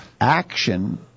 action